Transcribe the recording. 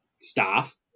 staff